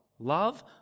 Love